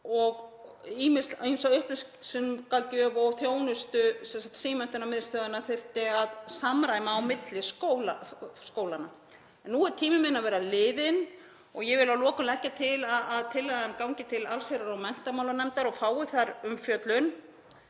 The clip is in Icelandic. og ýmsa upplýsingagjöf og þjónustu símenntunarmiðstöðvanna þyrfti að samræma á milli skólanna. Nú er tími minn að verða liðinn og ég vil að lokum leggja til að tillagan gangi til allsherjar- og menntamálanefndar og fái þar umfjöllun.